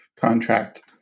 contract